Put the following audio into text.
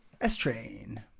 S-Train